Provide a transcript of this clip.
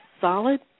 solid